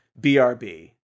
BRB